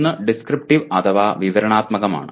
ഒന്ന് ഡിസ്ക്രിപ്റ്റീവ് അഥവാ വിവരണാത്മകമാണ്